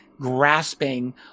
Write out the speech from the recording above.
grasping